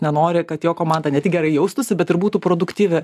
nenori kad jo komanda ne tik gerai jaustųsi bet ir būtų produktyvi